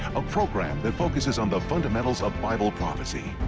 a program that focuses on the fundamentals of bible prophecy,